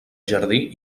jardí